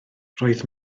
roedd